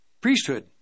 priesthood